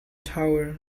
tower